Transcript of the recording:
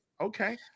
okay